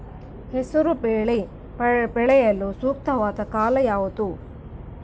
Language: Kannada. ಹೆಸರು ಬೇಳೆ ಬೆಳೆಯಲು ಸೂಕ್ತವಾದ ಕಾಲ ಯಾವುದು?